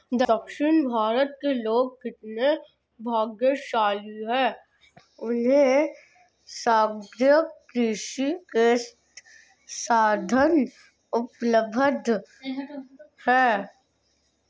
दक्षिण भारत के लोग कितने भाग्यशाली हैं, उन्हें सागरीय कृषि के साधन उपलब्ध हैं